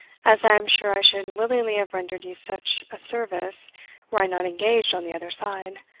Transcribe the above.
as i am sure i should willingly have rendered you such a service were i not engaged on the other side,